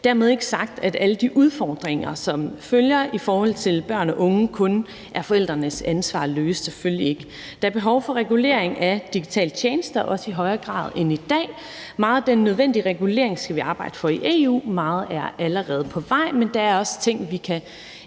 ikke sagt, at alle de udfordringer, som følger i forhold til børn og unge, kun er forældrenes ansvar at løse. Der er behov for regulering af digitale tjenester, også i højere grad end i dag. Meget af den nødvendige regulering skal vi arbejde for i EU, og meget er allerede på vej. Men der er også tiltag, vi kan